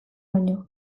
baino